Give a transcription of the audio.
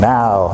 now